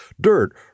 dirt